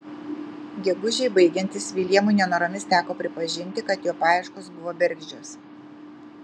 gegužei baigiantis viljamui nenoromis teko pripažinti kad jo paieškos buvo bergždžios